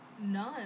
None